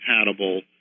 compatible